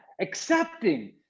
accepting